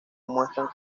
muestran